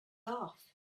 off